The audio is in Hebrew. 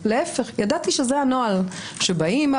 ידעתי שזה הנוהל שבאים,